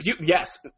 Yes